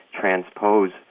transpose